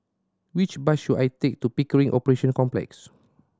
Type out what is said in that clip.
which bus should I take to Pickering Operation Complex